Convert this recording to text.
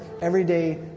everyday